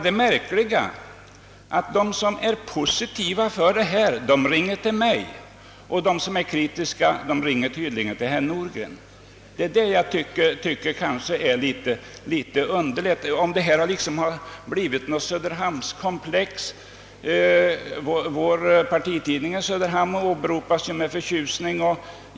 Det märkliga är emellertid att de som är positivt inställda ringer till mig, medan de som är kritiska ringer till herr Nordgren. Möjligen har detta blivit ett söderhamnskomplex. Vår partitidning i Söderhamn åberopas ju också med förtjusning.